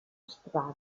strada